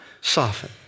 soften